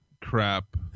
crap